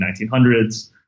1900s